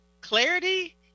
clarity